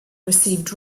received